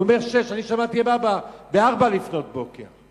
הוא אומר 06:00, אני שמעתי ב-04:00, לפנות בוקר.